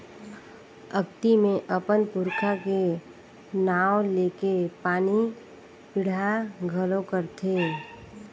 अक्ती मे अपन पूरखा के नांव लेके पानी पिंडा घलो करथे